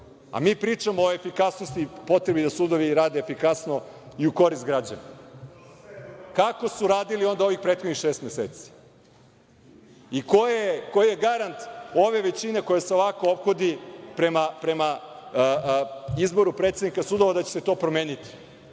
A mi pričamo o efikasnosti i potrebi da sudovi rade efikasno i u korist građana. Kako su radili onda u ovih prethodnih šest meseci? Ko je garant ove većine koja se ovako ophodi prema izboru predsednika sudova da će se to promeniti